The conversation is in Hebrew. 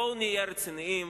בואו ונהיה רציניים.